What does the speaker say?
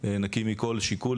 נקי מכל שיקול,